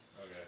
okay